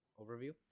overview